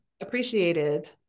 appreciated